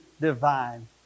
divine